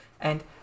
and-